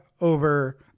over